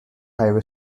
highway